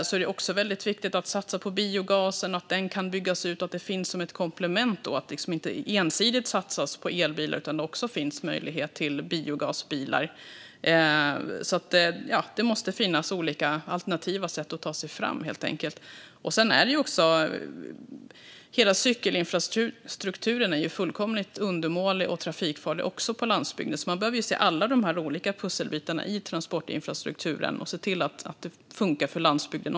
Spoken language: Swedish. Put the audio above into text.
Vi ska inte ensidigt satsa på elbilar, utan det är också väldigt viktigt att satsa på att bygga ut möjligheten till biogasbilar som ett komplement. Det måste helt enkelt finnas olika alternativ för att ta sig fram. Hela cykelinfrastrukturen är för övrigt fullkomligt undermålig och trafikfarlig på landsbygden. Man behöver se alla de olika pusselbitarna i transportinfrastrukturen och se till att det funkar även för landsbygden.